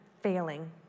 failing